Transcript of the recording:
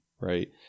right